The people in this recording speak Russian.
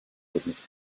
трудности